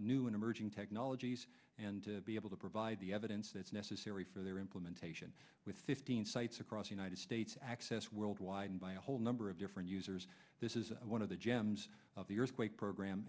new emerging technologies and to be able to provide the evidence that's necessary for their implementation with fifteen sites across united states access worldwide and by a whole number of different users this is one of the gems of the earthquake program